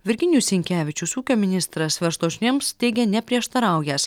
virginijus sinkevičius ūkio ministras verslo žinioms teigė neprieštaraująs